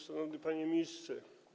Szanowny Panie Ministrze!